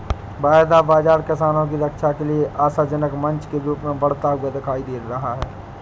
वायदा बाजार किसानों की रक्षा के लिए आशाजनक मंच के रूप में बढ़ता हुआ दिख रहा है